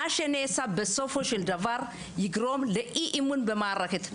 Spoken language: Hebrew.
מה שנעשה בסופו של דבר יגרום לאי-אמון במערכת.